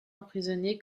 emprisonné